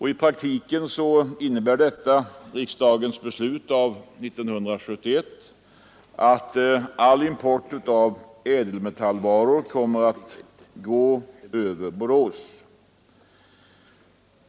I praktiken innebär detta riksdagens beslut 1971 att all import av ädelmetallvaror kommer att gå över Borås.